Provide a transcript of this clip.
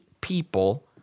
people